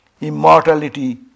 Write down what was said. immortality